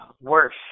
worse